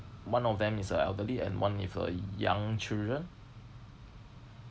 one of them is a elderly and one with a young children